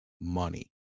money